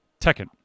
Tekken